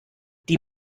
die